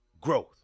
Growth